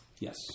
Yes